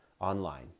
online